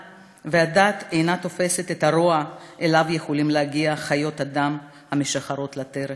והדעת אינה תופסת את הרוע שאליו יכולים להגיע חיות אדם המשחרות לטרף.